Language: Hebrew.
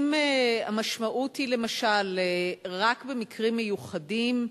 האם המשמעות היא למשל רק במקרים מיוחדים,